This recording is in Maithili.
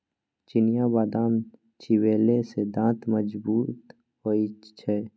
चिनियाबदाम चिबेले सँ दांत मजगूत होए छै